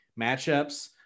matchups